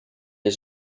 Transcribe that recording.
his